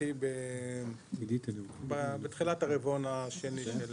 לדעתי בתחילת הרבעון השני של